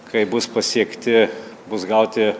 kai bus pasiekti bus gauti